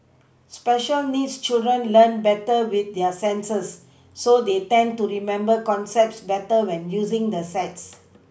special needs children learn better with their senses so they tend to remember concepts better when using the sets